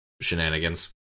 shenanigans